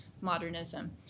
modernism